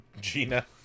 Gina